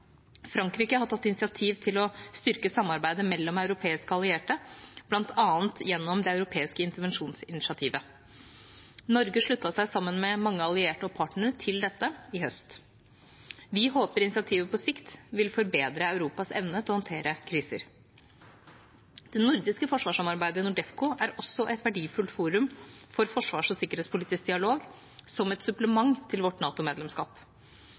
Frankrike har tatt initiativ til å styrke samarbeidet mellom europeiske allierte, bl.a. gjennom Det europeiske intervensjonsinitiativet. Norge sluttet seg, sammen med mange allierte og partnere, til dette i høst. Vi håper initiativet på sikt vil forbedre Europas evne til å håndtere kriser. Det nordiske forsvarssamarbeidet, NORDEFCO, er også et verdifullt forum for forsvars- og sikkerhetspolitisk dialog som et supplement til vårt